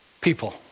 people